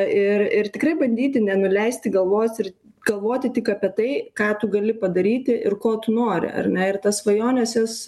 ir ir tikrai bandyti nenuleisti galvos ir galvoti tik apie tai ką tu gali padaryti ir ko tu nori ar ne ir tas svajonės jos